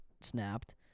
snapped